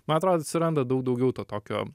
man atrodo atsiranda daug daugiau to tokio